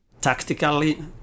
Tactically